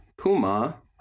Puma